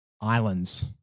islands